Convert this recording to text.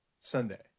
Sunday